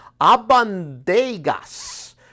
Abandegas